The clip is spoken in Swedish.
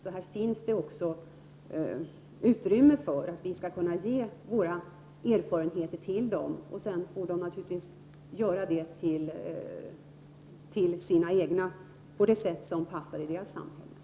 Det finns här utrymme för oss att delge vietnameserna våra erfarenheter, som de sedan naturligtvis får göra till sina egna på det sätt som passar i deras samhälle.